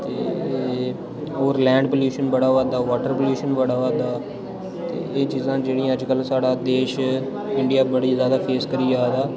ते होर land pollution बड़ा होआ दा वॉटर पॉल्यूशन बड़ा होआ दा ते एह् चीजां न जेह्ड़िया अज्जकल साढ़ा देश बिच इंडिया बड़ी जादा फेस करी जा दा